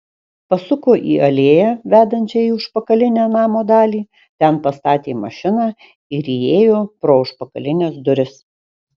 pasuko į alėją vedančią į užpakalinę namo dalį ten pastatė mašiną ir įėjo pro užpakalines duris